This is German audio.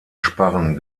sparren